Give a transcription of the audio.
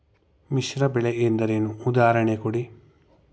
ಮಿಶ್ರ ಬೆಳೆ ಎಂದರೇನು, ಉದಾಹರಣೆ ಕೊಡಿ?